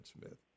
Smith